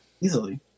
Easily